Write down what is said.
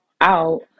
out